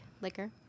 liquor